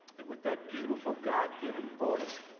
and with that beautiful god-given voice,